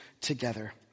together